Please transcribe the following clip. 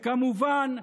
כמובן,